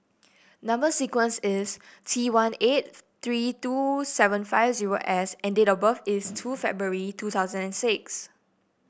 number sequence is T one eight three two seven five zero S and date of birth is two February two thousand and six